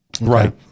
Right